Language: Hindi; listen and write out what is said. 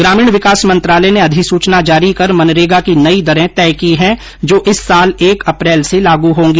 ग्रामीण विकास मंत्रालय ने अधिसूचना जारी कर मनरेगा की नई दरे तय की है जो इस साल एक अप्रैल से लागू होगी